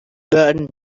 burned